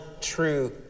true